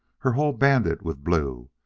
her hull banded with blue,